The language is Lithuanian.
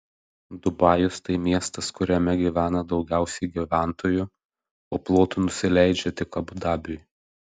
dubajus tai miestas kuriame gyvena daugiausiai gyventojų o plotu nusileidžia tik abu dabiui